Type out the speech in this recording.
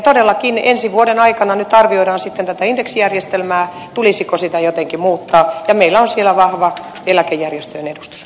todellakin ensi vuoden aikana nyt sitten arvioidaan tätä indeksijärjestelmää tulisiko sitä jotenkin muuttaa ja meillä on siellä vahva eläkejärjestöjen edustus